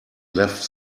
left